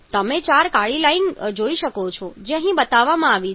તમે ચાર પ્રકારની કાળી લાઈન જોઈ શકો છો જે અહીં બતાવવામાં આવી છે